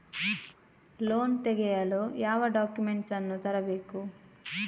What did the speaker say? Loan ತೆಗೆಯಲು ಯಾವ documents ಅನ್ನು ತರಬೇಕು?